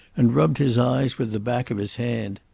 and rubbed his eyes with the back of his hand.